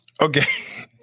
Okay